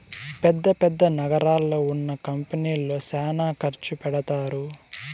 పెద్ద పెద్ద నగరాల్లో ఉన్న కంపెనీల్లో శ్యానా ఖర్చు పెడతారు